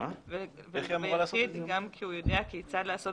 ולגבי יחיד גם כי הוא יודע כיצד לעשות